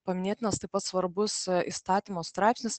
paminėtinas taip pat svarbus įstatymo straipsnis